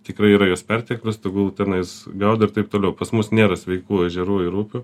tikrai yra jos perteklius tegul tenais gaudo ir taip toliau pas mus nėra sveikų ežerų ir upių